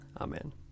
Amen